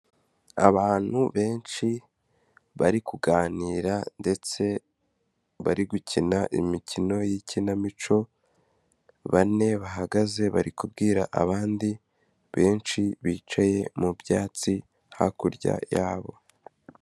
Abantu benshi bari kuganira ndetse bari gukina imikino y'ikinamico bane bahagaze bari kubwira abandi benshi bicaye mu byatsi hakurya yabo.